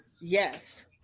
yes